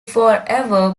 forever